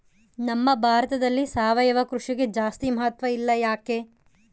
ನಮ್ಮ ಭಾರತದಲ್ಲಿ ಸಾವಯವ ಕೃಷಿಗೆ ಜಾಸ್ತಿ ಮಹತ್ವ ಇಲ್ಲ ಯಾಕೆ?